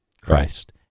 Christ